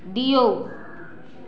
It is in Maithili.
दिऔ